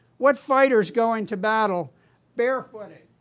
what fighters go into battle barefooted?